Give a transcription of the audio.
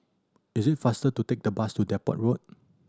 is it faster to take the bus to Depot Road